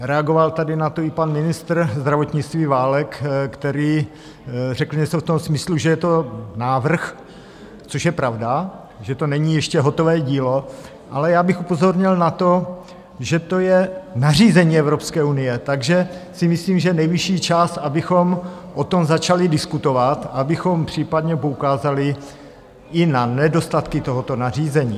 Reagoval tady na to i pan ministr zdravotnictví Válek, který řekl něco v tom smyslu, že je to návrh, což je pravda, že to není ještě hotové dílo, ale já bych upozornil na to, že to je nařízení Evropské unie, takže si myslím, že je nejvyšší čas, abychom o tom začali diskutovat, abychom případně poukázali i na nedostatky tohoto nařízení.